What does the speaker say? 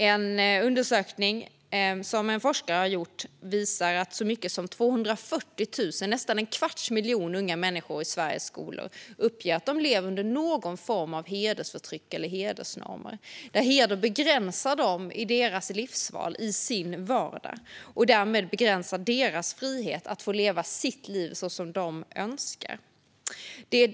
I en forskningsundersökning uppger så många som 240 000, nästan en kvarts miljon, av Sveriges elever att de lever under någon form av hedersförtryck eller hedersnormer som begränsar dem i deras livsval och vardag och därmed begränsar deras frihet att kunna leva sina liv som de önskar.